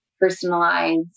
personalized